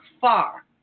far